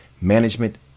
management